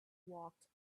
walked